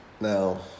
Now